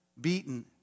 beaten